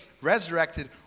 resurrected